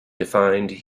defined